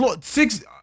six